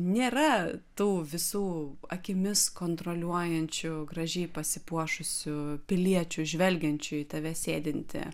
nėra tų visų akimis kontroliuojančių gražiai pasipuošusių piliečių žvelgiančių į tave sėdintį